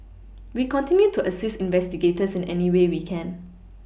we continue to assist investigators in any way we can